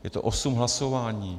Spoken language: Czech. Je to osm hlasování.